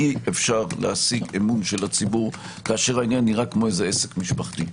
אי אפשר להשיג את אמון הציבור כאשר העניין נראה כמו איזה עסק משפחתי.